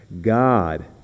God